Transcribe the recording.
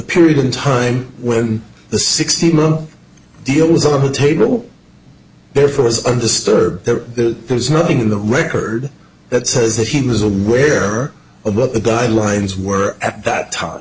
period in time when the sixteen month deal was on the table therefore was undisturbed there was nothing in the record that says that he was aware of what the guidelines were at that t